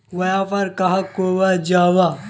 व्यापार कहाक को जाहा?